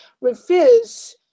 refuse